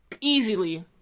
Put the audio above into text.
Easily